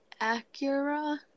Acura